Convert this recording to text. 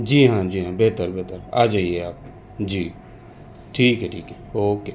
جی ہاں جی ہاں بہتر بہتر آ جائیے آپ جی ٹھیک ہے ٹھیک ہے اوکے